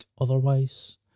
otherwise